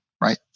right